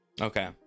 Okay